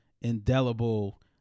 indelible